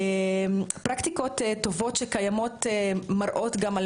פרקטיקות טובות שקיימות מראות גם על